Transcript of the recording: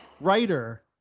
writer